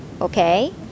okay